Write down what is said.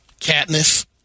Katniss